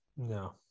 No